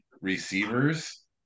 receivers